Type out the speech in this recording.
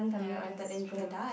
ya that's true